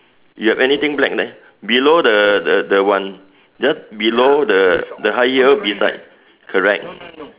you have anything black there below the the the one just below the the high heel beside correct